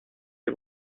des